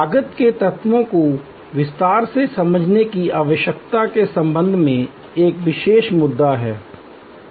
लागत के तत्वों को विस्तार से समझने की आवश्यकता के संबंध में एक विशेष मुद्दा है